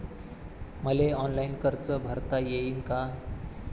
मले ऑनलाईन कर्ज भरता येईन का?